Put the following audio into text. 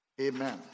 Amen